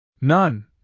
None